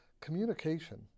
communication